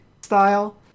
style